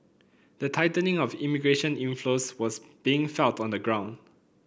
the tightening of immigration inflows was being felt on the ground